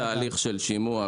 לאחר תהליך של שימוע,